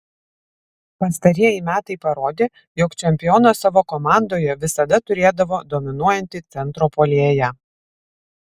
pastarieji metai parodė jog čempionas savo komandoje visada turėdavo dominuojantį centro puolėją